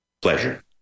pleasure